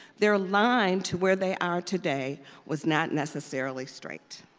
their line to where they are today was not necessarily straight.